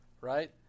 right